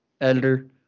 editor